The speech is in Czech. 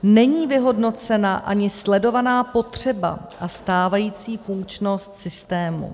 Není vyhodnocena ani sledovaná potřeba a stávající funkčnost systému.